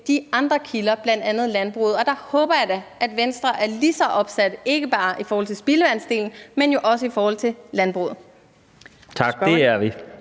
de andre kilder, bl.a. landbruget, og jeg håber da, at Venstre er lige så opsat på at gøre noget, ikke bare i forhold til spildevandsdelen, men også i forhold til landbruget. Kl.